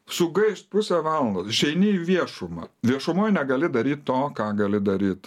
sugaišt pusę valandos išeini į viešumą viešumoj negali daryt to ką gali daryt